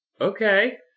Okay